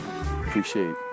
Appreciate